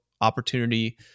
opportunity